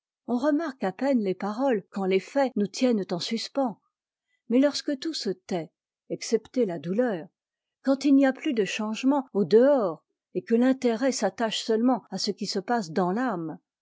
on remarque à peine les paroles quand les faits nous tiennent en suspens mais orsque tout se tait excepté la douleur quand il n'y a plus de changement au dehors et que intérët s'attache seulement à ce qui se passe dans l'âme